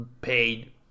paid